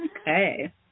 okay